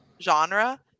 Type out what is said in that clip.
genre